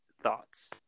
Thoughts